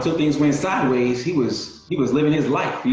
things went sideways, he was. he was living his life,